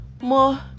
more